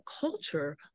culture